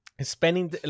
spending